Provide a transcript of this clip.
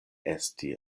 esti